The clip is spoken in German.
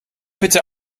bitte